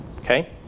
Okay